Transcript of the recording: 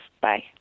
Bye